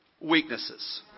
weaknesses